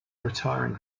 retiring